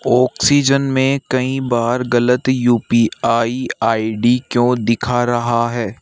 oxygen में कई बार गलत U P I I D क्यों दिखा रहा है